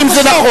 האם זה נכון?